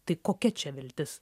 tai kokia čia viltis